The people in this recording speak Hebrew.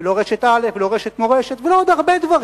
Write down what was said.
ולא רשת א' ולא רשת "מורשת", ולא עוד הרבה דברים.